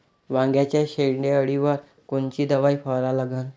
वांग्याच्या शेंडी अळीवर कोनची दवाई फवारा लागन?